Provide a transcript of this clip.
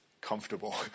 comfortable